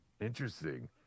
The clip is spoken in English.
Interesting